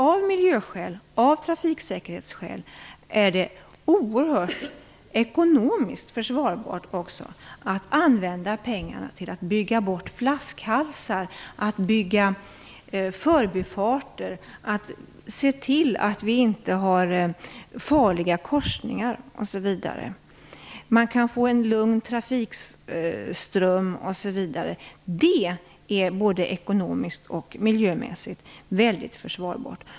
Av miljö och trafiksäkerhetsskäl är det också oerhört ekonomiskt försvarbart att använda pengarna till att bygga bort flaskhalsar, att bygga förbifarter, att se till att det inte finns farliga korsningar och att det blir en lugn trafikström. Detta är både ekonomiskt och miljömässigt väldigt försvarbart.